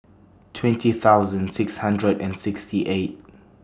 twenty thousand six hundred and sixty eight